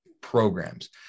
programs